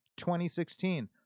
2016